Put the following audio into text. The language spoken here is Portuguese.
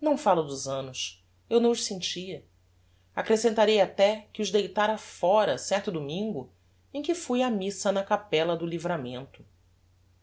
não falo dos annos eu não os sentia acrescentarei até que os deitára fóra certo domingo em que fui á missa na capella do livramento